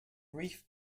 reef